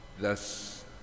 Thus